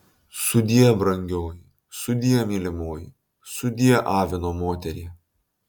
sudie brangioji sudie mylimoji sudie avino moterie